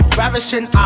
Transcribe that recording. ravishing